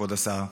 כבוד השר,